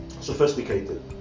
sophisticated